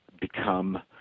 become